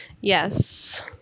Yes